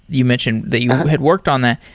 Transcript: you mentioned, that you had worked on that.